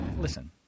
Listen